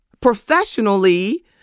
professionally